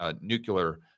nuclear